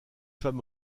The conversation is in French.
femme